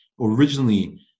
originally